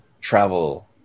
travel